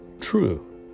true